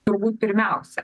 turbūt pirmiausia